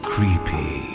Creepy